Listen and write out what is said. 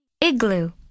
Igloo